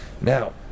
Now